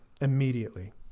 Immediately